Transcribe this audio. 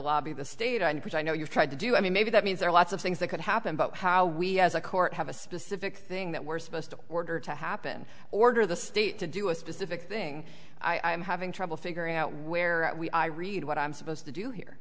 lobby the state and which i know you've tried to do i mean maybe that means there are lots of things that could happen but how we as a court have a specific thing that we're supposed to order to happen order the state to do a specific thing i'm having trouble figuring out where we i read what i'm supposed to do here